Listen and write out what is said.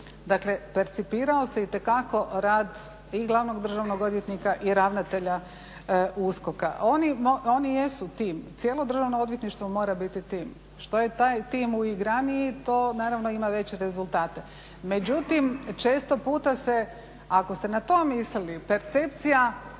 Dakle percipirao itekako rad i glavnog državnog odvjetnika i ravnatelja USKOK-a. Oni jesu tim, cijelo državno odvjetništvo mora biti tim, što je taj tim uigraniji, to je naravno ima veće rezultate. Međutim često puta se ako ste na to mislili, percepcija